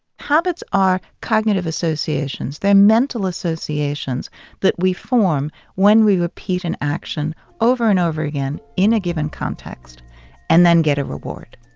habits are cognitive associations. they're mental associations that we form when we repeat an action over and over again in a given context and then get a reward